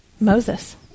Moses